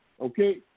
okay